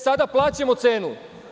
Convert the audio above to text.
Sada plaćamo cenu.